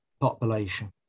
population